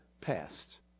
passed